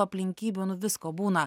aplinkybių nu visko būna